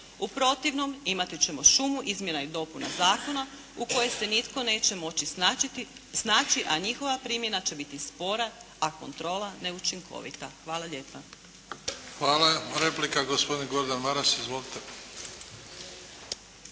U protivnom, imat ćemo šumu izmjena i dopuna zakona u kojoj se nitko neće moći snaći a njihova primjena će biti spora a kontrola neučinkovita. Hvala lijepa. **Bebić, Luka (HDZ)** Hvala. Replika gospodin Gordan Maras. Izvolite.